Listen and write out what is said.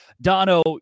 Dono